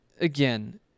again